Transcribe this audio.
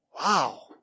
Wow